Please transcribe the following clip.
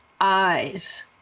eyes